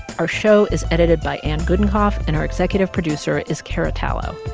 our show is edited by anne gudenkauf, and our executive producer is cara tallow.